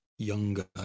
Younger